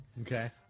Okay